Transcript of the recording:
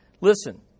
Listen